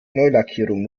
neulackierung